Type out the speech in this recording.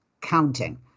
counting